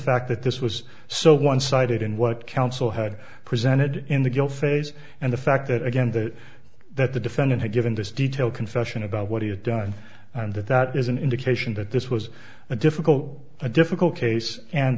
fact that this was so one sided in what counsel had presented in the guilt phase and the fact that again that that the defendant had given this detailed confession about what he had done and that that is an indication that this was a difficult a difficult case and